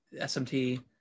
SMT